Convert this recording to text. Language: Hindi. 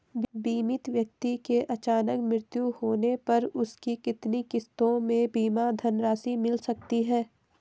बीमित व्यक्ति के अचानक मृत्यु होने पर उसकी कितनी किश्तों में बीमा धनराशि मिल सकती है?